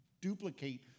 duplicate